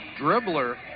dribbler